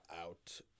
out